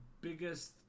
biggest